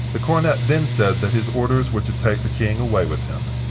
the cornet then said that his orders were to take the king away with him.